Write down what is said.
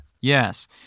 Yes